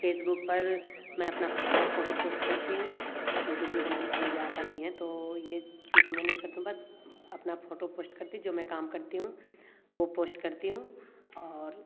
Facebook पर मैं अपना फोटो पोस्ट करती हूँ वीडियो बनाना तो मुझे आता नहीं है तो ये चीज़ तो मैं नहीं कर तो बस अपना फोटो पोस्ट करती जो मैं काम करती हूँ वो पोस्ट करती हूँ और